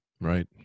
right